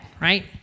right